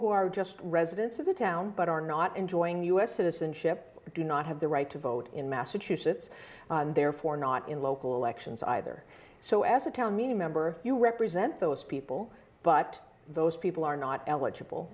who are just residents of the town but are not enjoying u s citizenship do not have the right to vote in massachusetts and therefore not in local elections either so as a town meeting member you represent those people but those people are not eligible